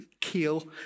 kill